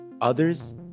Others